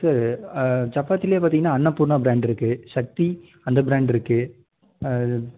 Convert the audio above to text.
sir சப்பாத்திலேயே பார்த்தீங்கன்னா Annapurna brand இருக்குது சக்தி அந்த பிராண்ட் இருக்குது